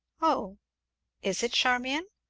oh is it, charmian?